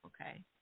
Okay